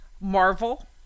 Marvel